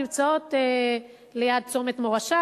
נמצאות ליד צומת מורשה,